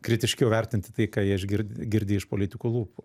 kritiškiau vertinti tai ką jie išgird girdi iš politikų lūpų